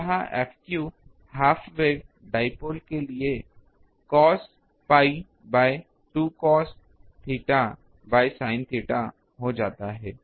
तो यह half wave dipole के लिए cos pi by 2 cos theta by sine theta हो जाता है